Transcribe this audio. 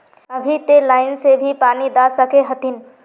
अभी ते लाइन से भी पानी दा सके हथीन?